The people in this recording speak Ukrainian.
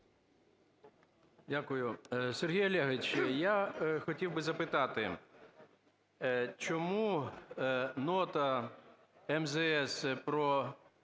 Дякую. Сергій Олегович, я хотів би запитати. Чому нота МЗС про